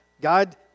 God